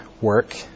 work